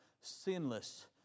sinless